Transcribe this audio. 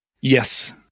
Yes